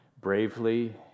bravely